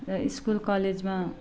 र स्कुल कलेजमा